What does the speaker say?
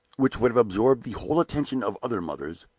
which would have absorbed the whole attention of other mothers,